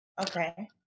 Okay